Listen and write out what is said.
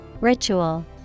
Ritual